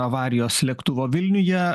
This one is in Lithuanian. avarijos lėktuvo vilniuje